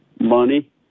money